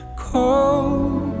Cold